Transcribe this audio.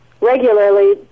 regularly